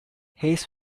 hayes